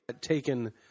taken